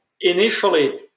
initially